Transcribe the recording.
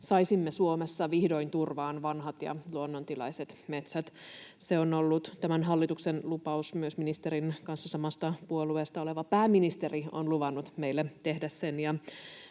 saisimme Suomessa vihdoin turvaan vanhat ja luonnontilaiset metsät. Se on ollut tämän hallituksen lupaus. Myös ministerin kanssa samasta puolueesta oleva pääministeri on luvannut meille tehdä sen.